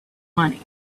money